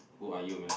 who are you man